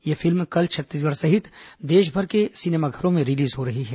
यह फिल्म कल छत्तीसगढ़ सहित देशभर के सिनेमाघरों में रिलीज हो रही है